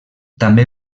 també